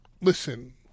Listen